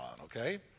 okay